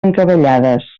encavallades